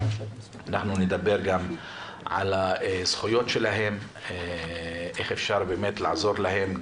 נדבר גם על הזכויות שלהם, איך אפשר לעזור להם.